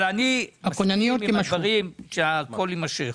אני מסכים עם הדברים שהכול יימשך